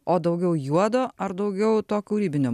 o daugiau juodo ar daugiau to kūrybinio